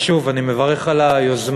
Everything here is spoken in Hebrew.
אז, שוב, אני מברך על היוזמה,